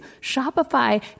Shopify